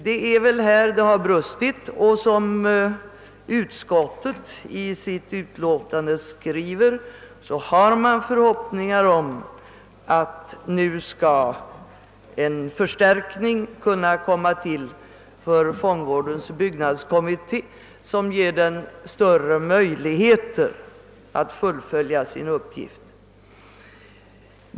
Det är härvidlag det har brustit och, som utskottet skriver i sitt utlåtande, har man nu förhoppningar om att en förstärkning skall komma till stånd som ger fångvårdens byggnadskommitté större möjligheter att fullfölja sin uppgift.